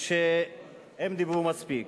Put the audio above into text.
שהם דיברו מספיק.